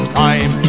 time